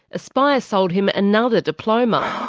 aspire sold him another diploma.